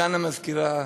סגן המזכירה,